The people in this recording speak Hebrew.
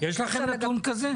יש לכם נתון כזה?